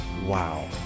Wow